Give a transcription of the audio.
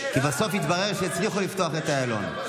כי בסוף התברר שהצליחו לפתוח את איילון.